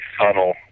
subtle